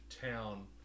town